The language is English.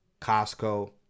Costco